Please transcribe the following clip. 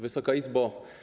Wysoka Izbo!